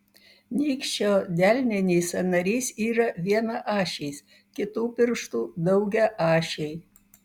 nykščio delninis sąnarys yra vienaašis kitų pirštų daugiaašiai